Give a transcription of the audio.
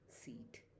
seat